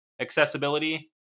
accessibility